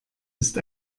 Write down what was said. ist